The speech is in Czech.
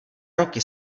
roky